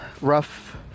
rough